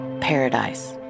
Paradise